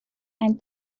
and